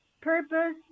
Purpose